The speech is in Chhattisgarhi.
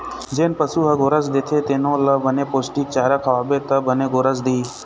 जेन पशु ह गोरस देथे तेनो ल बने पोस्टिक चारा खवाबे त बने गोरस दिही